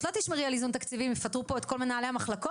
לא תשמרי על איזון תקציבי הם יפטרו פה את כל מנהלי המחלקות,